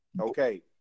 Okay